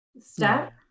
step